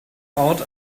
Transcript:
out